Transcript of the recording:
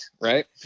Right